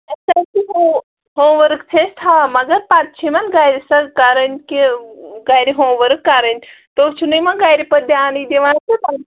أسۍ حظ چھِ ہو ہوم ؤرٕک چھِ أسۍ تھاوان مگر پَتہٕ چھِ یِمَن گَرِ سۅ کَرٕنۍ کہِ گرِ ہوم ؤرٕک کَرٕنۍ تُہۍ چھِو نہٕ یِمَن گَرِ پَتہٕ دھیانٕے دِوان تہٕ تمٔی